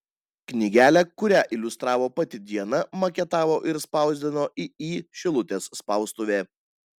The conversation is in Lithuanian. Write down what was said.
knygelę kurią iliustravo pati diana maketavo ir spausdino iį šilutės spaustuvė